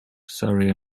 surrey